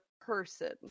person